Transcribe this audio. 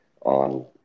on